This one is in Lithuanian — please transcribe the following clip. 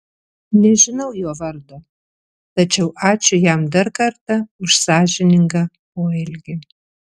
nežinau jo vardo tačiau ačiū jam dar kartą už sąžiningą poelgį